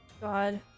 God